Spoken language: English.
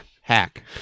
hack